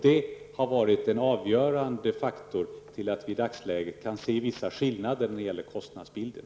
Det har varit en avgörande faktor till de skillnader i kostnadsbilden som vi kan se i dagsläget.